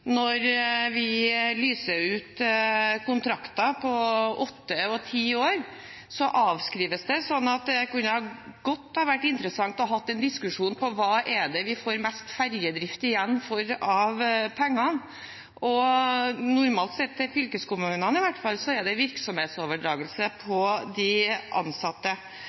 Når vi lyser ut kontrakter på åtte og ti år, avskrives det, slik at det kunne ha vært interessant å ha en diskusjon om hva vi får mest ferjedrift igjen for av pengene. Normalt sett er det i hvert fall for fylkeskommunene virksomhetsoverdragelse på de ansatte.